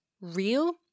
real